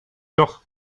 doch